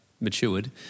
matured